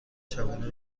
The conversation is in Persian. شبانه